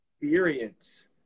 experience